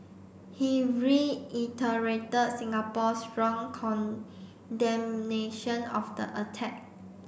he reiterated Singapore's strong condemnation of the attack